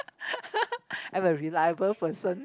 I'm a reliable person